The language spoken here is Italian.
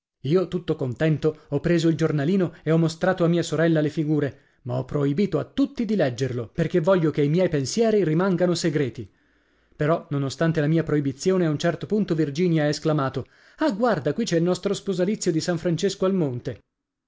io tutto contento ho preso il giornalino e ho mostrato a mia sorella le figure ma ho proibito a tutti di leggerlo perché voglio che i miei pensieri rimangano segreti però nonostante la mia proibizione a un certo punto virginia ha esclamato ah guarda qui c'è il nostro sposalizio di san francesco al monte